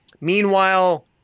Meanwhile